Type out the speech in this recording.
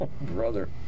brother